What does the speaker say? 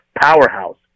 powerhouse